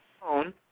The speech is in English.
phone